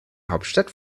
hauptstadt